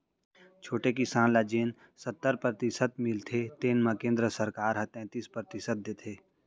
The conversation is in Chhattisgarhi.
छोटे किसान ल जेन सत्तर परतिसत मिलथे तेन म केंद्र सरकार ह तैतीस परतिसत देथे